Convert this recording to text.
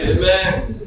Amen